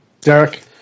Derek